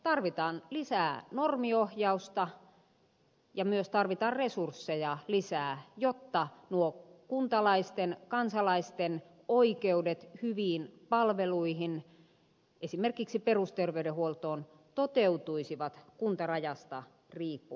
tarvitaan lisää normiohjausta ja myös tarvitaan resursseja lisää jotta kuntalaisten kansalaisten oikeudet hyviin palveluihin esimerkiksi perusterveydenhuoltoon toteutuisivat kuntarajasta riippumatta